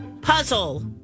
Puzzle